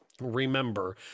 remember